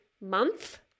month